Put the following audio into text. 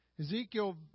Ezekiel